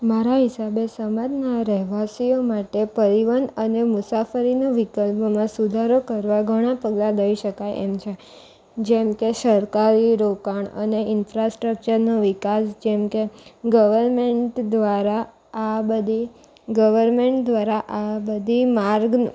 મારા હિસાબે સમાજમાં રહેવાસીઓ માટે પરિવહન અને મુસાફરીના વિકલ્પમાં સુધારો કરવા ઘણાં પગલાં લઈ શકાય એમ છે જેમકે સરકારી રોકાણ અને ઇન્ફ્રાસ્ટ્રક્ચરનો વિકાસ જેમકે ગવર્મેન્ટ દ્વારા આ બધી ગવર્મેન્ટ દ્વારા આ બધી માર્ગ